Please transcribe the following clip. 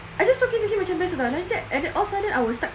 I just talk to him macam biasa [tau] nanti at that all sudden I will start crying